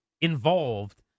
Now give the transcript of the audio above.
involved